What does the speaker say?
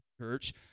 church